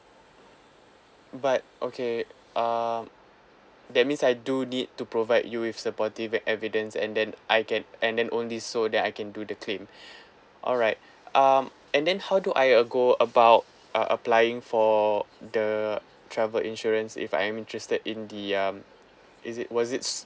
but okay um that means I do need to provide you with supporting evidence and then I can and then only so that I can do the claim alright um and then how do I uh go about uh applying for the travel insurance if I'm interested in the um is it was it's